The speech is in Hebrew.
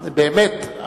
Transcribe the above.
באמת,